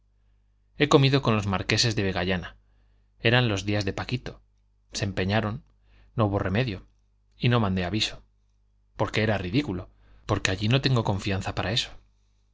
he comido con los marqueses de vegallana eran los días de paquito se empeñaron no hubo remedio y no mandé aviso porque era ridículo porque allí no tengo confianza para eso